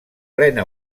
plena